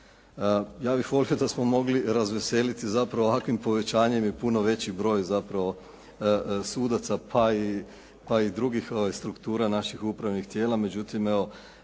Ja bih volio da smo mogli razveseliti zapravo ovakvim povećanjem i puno veći broj zapravo sudaca pa i drugih struktura naših upravnih tijela međutim evo